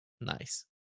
nice